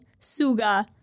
Suga